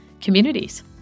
communities